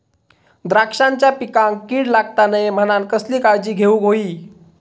द्राक्षांच्या पिकांक कीड लागता नये म्हणान कसली काळजी घेऊक होई?